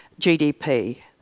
GDP